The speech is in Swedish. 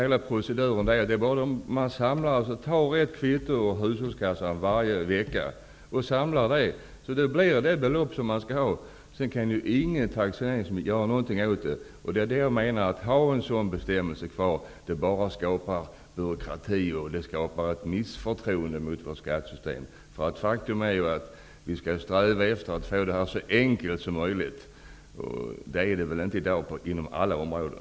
Man tar kvitton ur hushållskassan varje vecka och samlar dem. Då kan man styrka det belopp som man skall ha. Sedan kan ingen taxeringsmyndighet göra någonting åt det. Att ha en sådan bestämmelse kvar skapar bara byråkrati och ett misstroende mot vårt skattesystem. Faktum är att vi skall sträva efter att få det här så enkelt som möjligt. Det är det väl inte i dag inom alla områden.